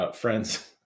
friends